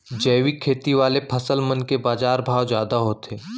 जैविक खेती वाले फसल मन के बाजार भाव जादा होथे